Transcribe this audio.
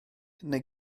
neu